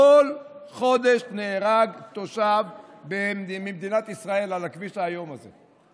בכל חודש נהרג תושב במדינת ישראל על הכביש האיום הזה.